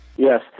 Yes